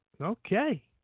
Okay